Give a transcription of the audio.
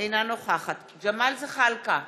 אינה נוכחת ג'מאל זחאלקה,